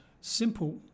simple